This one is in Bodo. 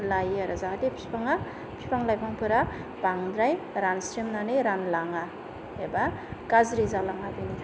लायो आरो जाहाथे बिफांआ बिफां लाइफांफोरा बांद्राय रानस्रेमनानै रानलाङा एबा गाज्रि जालाङा बेनो